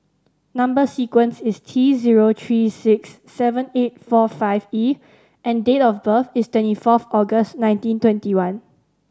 number sequence is T zero three six seven eight four five E and date of birth is twenty fourth August nineteen twenty one